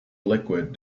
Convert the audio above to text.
liquid